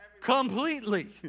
completely